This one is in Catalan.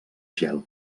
gel